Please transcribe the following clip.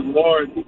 lord